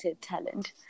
talent